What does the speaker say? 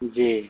जी